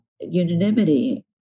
unanimity